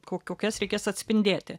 ko kokias reikės atspindėti